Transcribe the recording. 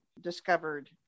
discovered